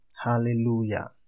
Hallelujah